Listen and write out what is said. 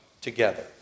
together